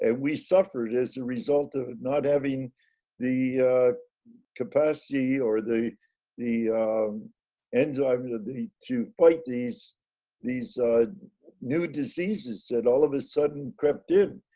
and we suffered as a result of not having the capacity or the the enzymes to fight these these new diseases that all of a sudden crept in,